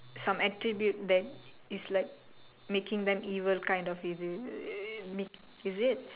some attribute that is like making them evil kind of இது:ithu is it